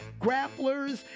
grapplers